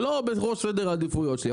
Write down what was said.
זה לא בראש סדר העדיפויות שלי.